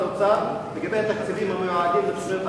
האוצר לגבי התקציבים המיועדים לתוכניות הבראה.